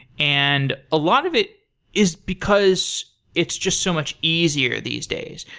and a lot of it is because it's just so much easier these days.